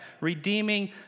redeeming